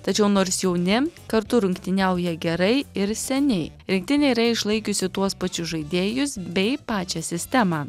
tačiau nors jauni kartu rungtyniauja gerai ir seniai rinktinė yra išlaikiusi tuos pačius žaidėjus bei pačią sistemą